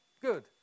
Good